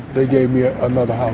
they gave me ah another house